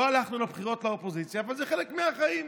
לא הלכנו לבחירות לאופוזיציה, אבל זה חלק מהחיים,